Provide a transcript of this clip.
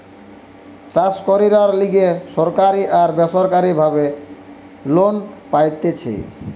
চাষ কইরার লিগে সরকারি আর বেসরকারি ভাবে লোন পাইতেছি